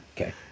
okay